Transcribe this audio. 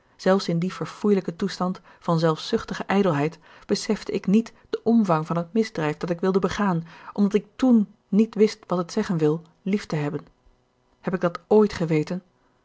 zelfs in dien verfoeilijken toestand van zelfzuchtige ijdelheid besefte ik niet den omvang van het misdrijf dat ik wilde begaan omdat ik toen niet wist wat het zeggen wil lief te hebben heb ik dat ooit geweten